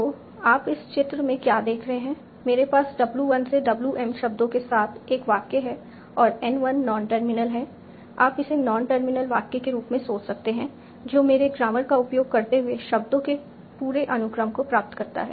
तो आप इस चित्र में क्या देख रहे हैं मेरे पास W 1 से W m शब्दों के साथ एक वाक्य है और N 1 नॉन टर्मिनल है आप इसे नॉन टर्मिनल वाक्य के रूप में सोच सकते हैं जो मेरे ग्रामर का उपयोग करते हुए शब्दों के पूरे अनुक्रम को प्राप्त करता है